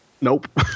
Nope